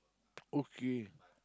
okay